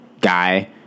guy